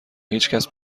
هیچکس